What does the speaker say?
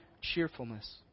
cheerfulness